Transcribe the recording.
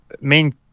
main